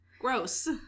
Gross